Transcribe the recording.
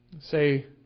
Say